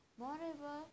moreover